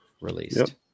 released